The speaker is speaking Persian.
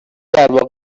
درواقع